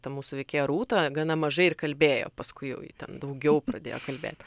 ta mūsų veikėja rūta gana mažai ir kalbėjo paskui jau ji ten daugiau pradėjo kalbėt